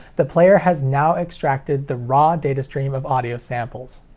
the player has now extracted the raw datastream of audio samples.